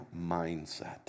mindset